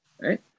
right